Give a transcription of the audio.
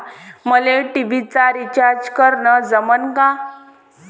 मले टी.व्ही चा रिचार्ज करन जमन का?